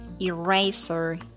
eraser